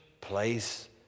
place